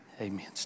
amen